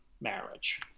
marriage